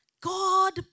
God